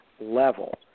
Level